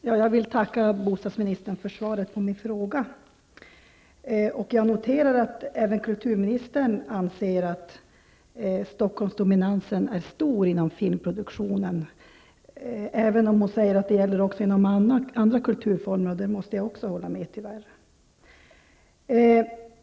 Herr talman! Jag vill tacka bostadsministern för svaret på min fråga. Jag noterar att även bostadsministern anser att Stockholmsdominansen är stor inom filmproduktionen. Hon påpekar att detta gäller även inom andra kulturformer, och det måste jag tyvärr också hålla med om.